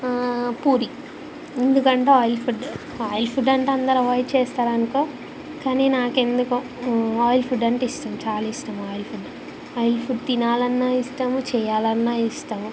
పూరి ఎందుకంటే oil food oil food అంటే అందరు అవాయిడ్ చేస్తారనుకో కాని నాకెందుకో ఆయిల్ ఫుడ్ అంటే ఇష్టం చాలా ఇష్టం ఆయిల్ ఫుడ్ ఆయిల్ ఫుడ్ తినాలన్నా ఇష్టము చేయాలన్నా ఇష్టము